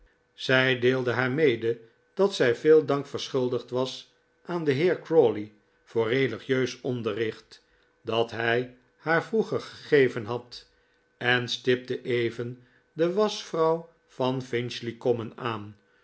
zij deelde haar mede dat zij veel dank verschuldigd was aan den heer crawley voor religieus onderricht dat hij haar vroeger gegeven had en stipte even de waschvrouw van finchley common aan